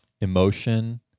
emotion